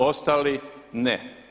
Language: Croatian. Ostali ne.